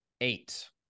eight